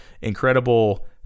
incredible